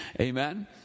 Amen